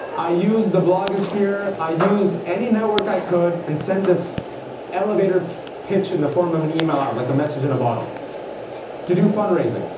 i use the blogosphere i used any network i could and sent this elevator pitch in the form of an email out, like a message in a bottle to do fund raising.